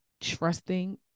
trusting